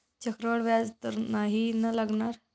चक्रवाढ व्याज तर नाही ना लागणार?